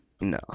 No